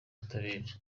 ubutabera